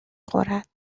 خورد